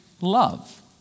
love